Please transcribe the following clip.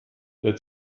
der